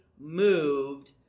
moved